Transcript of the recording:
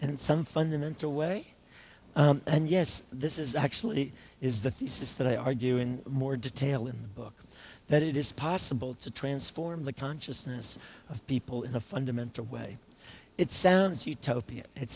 in some fundamental way and yes this is actually is the thesis that i argue in more detail in the book that it is possible to transform the consciousness of people in a fundamental way it sounds utopian it